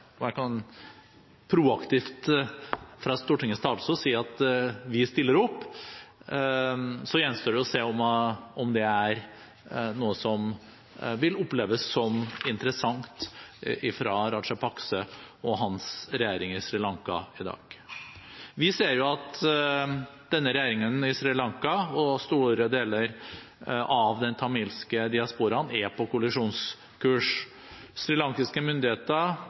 jeg kan proaktivt fra Stortingets talerstol si at vi stiller opp, gjenstår det å se om det er noe som vil oppleves som interessant fra Rajapaksa og hans regjering på Sri Lanka i dag. Vi ser jo at denne regjeringen på Sri Lanka og store deler av den tamilske diasporaen er på kollisjonskurs. Srilankiske myndigheter